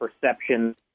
perception